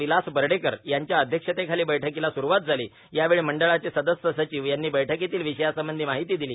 विलास बर्डेकर यांच्या अध्यक्षतेखाली बैठकीला स्रूवात झाली यावेळी मंडळाचे सदस्य सचिव यांनी बैठकीतील विषयांसंबंधी माहिती दिली